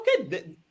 okay